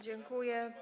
Dziękuję.